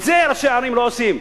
את זה ראשי הערים לא עושים.